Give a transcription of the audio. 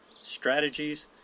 strategies